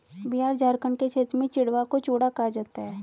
बिहार झारखंड के क्षेत्र में चिड़वा को चूड़ा कहा जाता है